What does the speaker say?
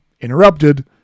interrupted